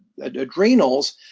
adrenals